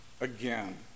again